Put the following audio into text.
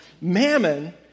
mammon